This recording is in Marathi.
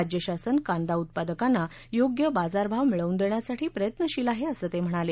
राज्य शासन कांदा उत्पादकांना योग्य बाजारभाव मिळवून देण्यासाठी प्रयत्नशील आहेअसं ते म्हणाले